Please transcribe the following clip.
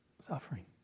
suffering